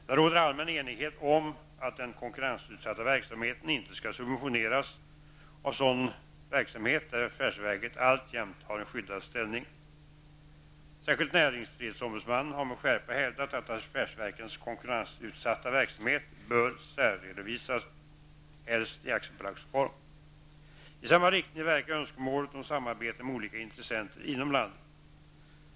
Det råder allmän enighet om att den konkurrensutsatta verksamheten inte skall subventioneras av sådan verksamhet där affärsverket alltjämt har en skyddad ställning. Särskilt näringsfrihetsombudsmannen har med skärpa hävdat att affärsverkens konkurrensutsatta verksamhet bör särredovisas, helst i aktiebolagsform. I samma riktning verkar önskemålet om samarbete med olika intressenter inom landet.